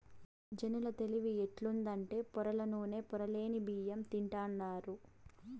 జనాల తెలివి ఎట్టుండాదంటే పొరల్ల నూనె, పొరలేని బియ్యం తింటాండారు